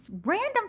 random